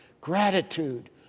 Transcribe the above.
gratitude